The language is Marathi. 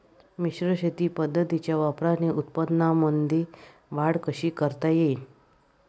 मिश्र शेती पद्धतीच्या वापराने उत्पन्नामंदी वाढ कशी करता येईन?